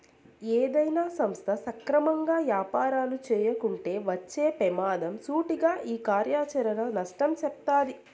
ఏదైనా సంస్థ సక్రమంగా యాపారాలు చేయకుంటే వచ్చే పెమాదం సూటిగా ఈ కార్యాచరణ నష్టం సెప్తాది